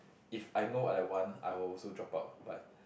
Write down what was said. if I know what I want I will also drop out but